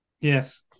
Yes